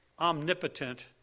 omnipotent